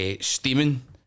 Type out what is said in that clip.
steaming